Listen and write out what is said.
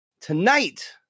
Tonight